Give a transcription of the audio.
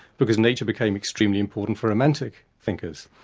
because nature became extremely important for romantic thinkers.